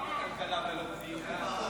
למה כלכלה ולא פנים?